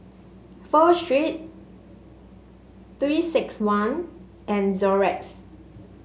Pho Street Three six one and Xorex